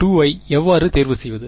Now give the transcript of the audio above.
H0 ஐ எவ்வாறு தேர்வு செய்வது